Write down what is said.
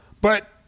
but-